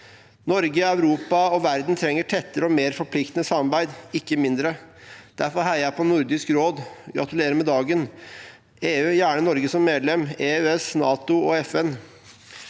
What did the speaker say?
Norge, Europa og verden trenger tettere og mer forpliktende samarbeid, ikke mindre. Derfor heier jeg på Nordisk råd – gratulerer med dagen – på EU, gjerne med Norge som medlem, og på EØS, NATO og FN.